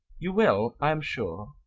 you will, i am sure,